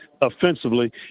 offensively